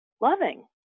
loving